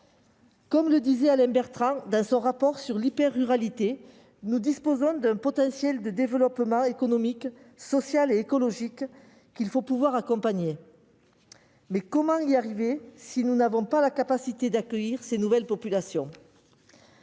Comme le rappelait Alain Bertrand dans son rapport, nous disposons d'un potentiel de développement économique, social et écologique qu'il faut pouvoir accompagner, mais comment y arriver si nous n'avons pas la capacité d'accueillir de nouvelles populations ?